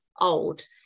old